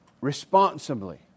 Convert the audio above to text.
responsibly